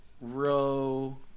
row